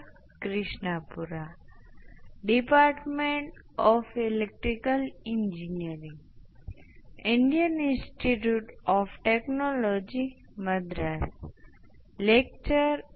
ચાલો કહીએ કે આપણી પાસે વિદ્યુત પ્રવાહ I s છે અને આપણે આની જેમ એક જગ્યાનો ઉલ્લેખ પહેલા કરીએ છીએ જો તમારી પાસે સ્વિચિંગ એક્શન હોય કે જે આપણને વિદ્યુત પ્રવાહ ના મૂલ્યોને આગળ વધારાના સમાન હોઇ શકે છે જે સર્કિટમાં વૉલ્ટેજ છે